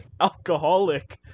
Alcoholic